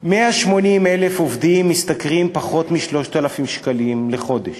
180,000 עובדים משתכרים פחות מ-3,000 שקלים לחודש,